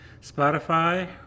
Spotify